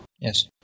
Yes